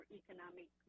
economic